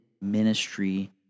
ministry